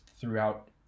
throughout